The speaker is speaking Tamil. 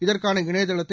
இதற்கான இணையதளத்தை